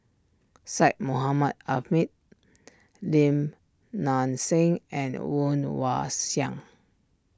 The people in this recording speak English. Syed Mohamed Ahmed Lim Nang Seng and Woon Wah Siang